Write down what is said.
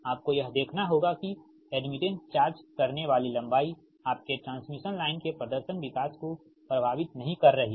आपको यह देखना होगा कि एडमिटेंस चार्ज करने वाली लंबाई आपके ट्रांसमिशन लाइन के प्रदर्शन विकास को प्रभावित नहीं कर रही है